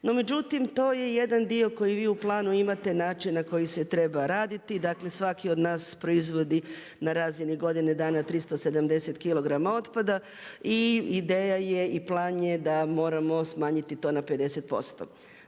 No, međutim to je jedan dio koji bi u planu imate način na koji se treba raditi, dakle svaki od nas proizvodi na razini godine dana 370 kilograma otpada i ideja je i plan je da moramo smanjiti to na 50%.